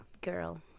girl